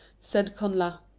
said connla.